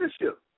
leadership